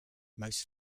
most